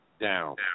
down